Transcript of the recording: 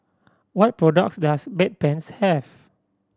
what products does Bedpans have